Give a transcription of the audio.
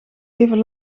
even